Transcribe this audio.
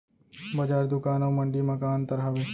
बजार, दुकान अऊ मंडी मा का अंतर हावे?